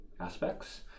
aspects